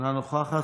אינה נוכחת.